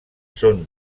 són